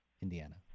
Indiana